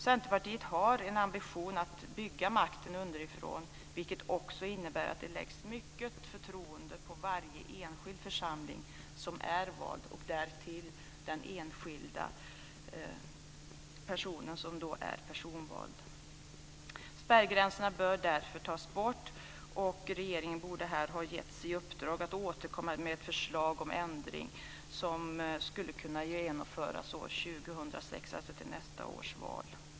Centerpartiet har en ambition att bygga makten underifrån, vilket också innebär att det läggs mycket förtroende på varje enskild församling som är vald och därtill på den enskilde, som är personvald. Spärrgränserna bör därför tas bort. Regeringen borde ha getts i uppdrag att återkomma med ett förslag om en ändring som skulle ha kunnat genomföras till valet år 2006.